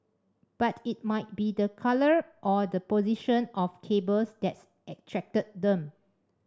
but it might be the colour or the position of cables that's attracted them